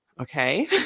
Okay